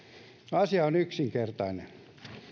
asia on yksinkertainen